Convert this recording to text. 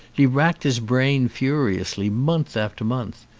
he racked his brain furiously, month after month,